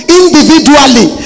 individually